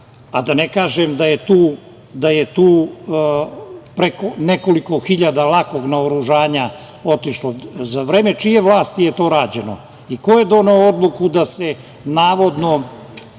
a da ne kažem da je tu nekoliko hiljada lakog naoružanja otišlo. Za vreme čije vlasti je to rađeno i ko je doneo odluku da se navodno